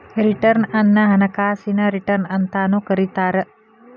return ಅನ್ನ ಹಣಕಾಸಿನ return ಅಂತಾನೂ ಕರಿತಾರ